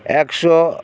ᱮᱠᱥᱳ